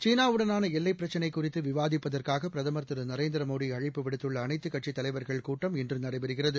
சீனா வுடனான எல்லைப் பிரச்சினை குறித்து விவாதிப்பதற்காக பிரதமர் திரு நரேந்திரமோடி அழைப்பு விடுத்துள்ள அனைத்துக்கட்சித் தலைவர்கள் கூட்டம் இன்று நடைபெறுகிறது